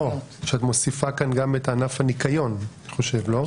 לא, את מוסיפה כאן גם את ענף הניקיון, לא?